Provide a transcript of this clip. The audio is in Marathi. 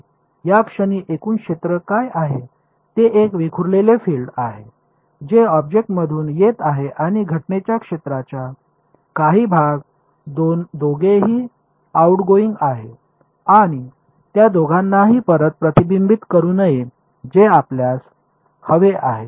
याक्षणी एकूण क्षेत्र काय आहे ते एक विखुरलेले फील्ड आहे जे ऑब्जेक्टमधून येत आहे आणि घटनेच्या क्षेत्राचा काही भाग दोघेही आउटगोइंग आहेत आणि त्या दोघांनाही परत प्रतिबिंबित करू नये जे आपल्यास हवे आहे